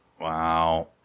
Wow